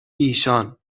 ایشان